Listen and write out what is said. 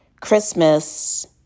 Christmas